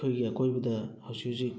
ꯑꯩꯈꯣꯏꯒꯤ ꯑꯀꯣꯏꯕꯗ ꯍꯧꯖꯤꯛ ꯍꯧꯖꯤꯛ